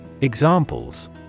Examples